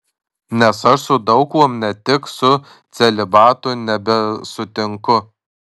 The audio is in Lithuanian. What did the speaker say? nes aš su daug kuom ne tik su celibatu nebesutinku